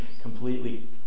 completely